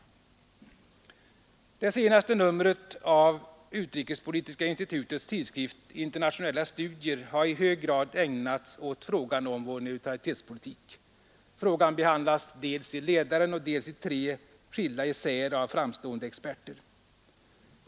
Det senaste numret av Utrikespolitiska institutets tidskrift Internationella studier har i hög grad ägnats åt frågan om vår neutralitetspolitik. Frågan behandlas dels i ledaren, dels i tre skilda essäer av framstående experter.